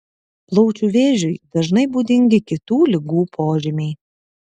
plaučių vėžiui dažnai būdingi kitų ligų požymiai